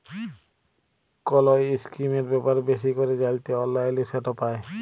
call ইসকিমের ব্যাপারে বেশি ক্যরে জ্যানতে অললাইলে সেট পায়